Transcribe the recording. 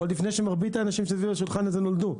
עוד לפני שמרבית האנשים שיושבים סביב השולחן הזה נולדו.